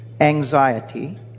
anxiety